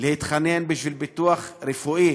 להתחנן בשביל ביטוח רפואי.